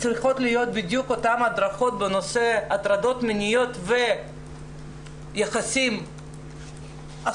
צריכות להיות בדיוק אותן הדרכות בנושא הטרדות מיניות ויחסים אסורים,